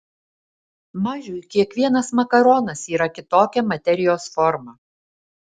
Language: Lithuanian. mažiui kiekvienas makaronas yra kitokia materijos forma